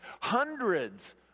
hundreds